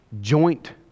joint